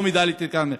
לא מדאלית-אלכרמל,